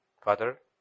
Father